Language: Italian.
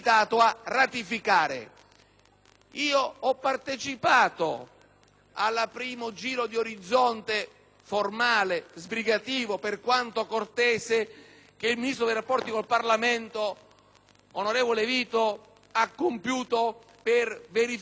al primo giro d'orizzonte formale e sbrigativo, per quanto cortese, che il Ministro per i rapporti con il Parlamento, onorevole Vito, ha compiuto per verificare il grado di disponibilità delle forze politiche attorno al testo